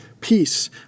peace